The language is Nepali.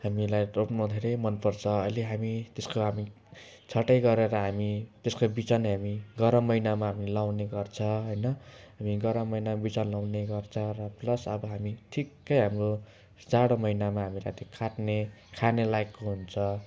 हामीलाई रोप्न धेरै मन पर्छ अहिले हामी त्यसको अब छटाइ गरेर हामी तेस्को बिजन हामी गरम मैनामा हामी लाउने गर्छ होइन हामी गरम मैनामा बिजन लाउने गर्छ र प्लस अब हामी ठिक्कै हाम्रो जाडो महिनामा हाम्रो ती खाट्ने खाने लायकको हुन्छ